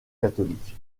catholique